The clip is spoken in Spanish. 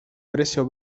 precio